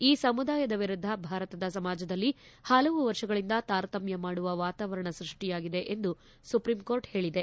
ಈ ಸಮುದಾಯದ ವಿರುದ್ಧ ಭಾರತದ ಸಮಾಜದಲ್ಲಿ ಹಲವು ವರ್ಷಗಳಿಂದ ತಾರತಮ್ಯ ಮಾಡುವ ವಾತಾವರಣ ಸ್ಕಷ್ಟಿಯಾಗಿದೆ ಎಂದು ಸುಪ್ರೀಂ ಕೋರ್ಟ್ ಹೇಳಿದೆ